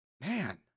Man